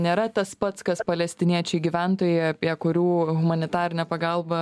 nėra tas pats kas palestiniečiai gyventojai apie kurių humanitarinę pagalbą